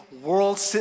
world